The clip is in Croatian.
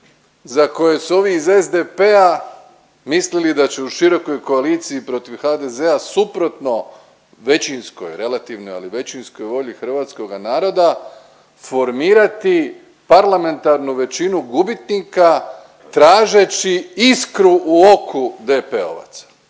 za koje su ovi iz SDP-a mislili da će u širokoj koaliciji protiv HDZ-a suprotno većinskoj, relativnoj, ali većinskoj volji hrvatskoga naroda formirati parlamentarnu većinu gubitnika tražeći iskru u oku DP-ovaca.